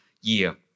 year